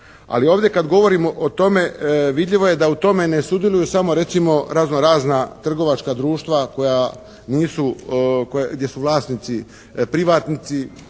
Ali ovdje kad govorimo o tome vidljivo je da u tome ne sudjeluju samo recimo razno razna trgovačka društva koja nisu, gdje su vlasnici privatnici